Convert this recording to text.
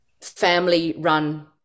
family-run